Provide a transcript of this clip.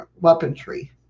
weaponry